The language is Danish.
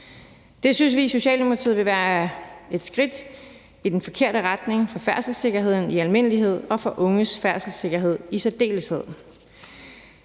Det synes vi i Socialdemokratiet vil være et skridt i den forkerte retning for færdselssikkerheden i almindelighed og for unges færdselssikkerhed i særdeleshed.